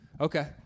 Okay